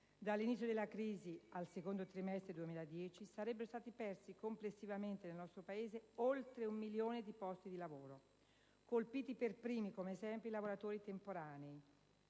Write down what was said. Dall'inizio della crisi al secondo trimestre 2010 sarebbero stati persi complessivamente nel nostro Paese oltre un milione di posti di lavoro. Colpiti per primi, come sempre, i lavoratori temporanei.